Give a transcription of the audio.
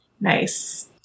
Nice